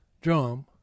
drum